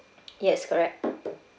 yes correct